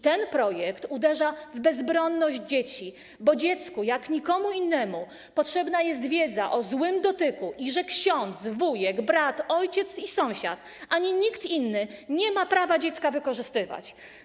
Ten projekt uderza w bezbronność dzieci, bo dziecku jak nikomu innemu potrzebna jest wiedza o złym dotyku i o tym, że ksiądz, wujek, brat, ojciec, sąsiad ani nikt inny nie ma prawa dziecka wykorzystywać.